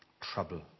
trouble